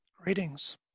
Greetings